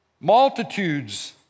Multitudes